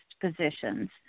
positions